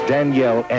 Danielle